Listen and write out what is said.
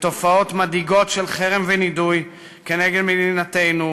ותופעות מדאיגות של חרם ונידוי כנגד מדינתנו,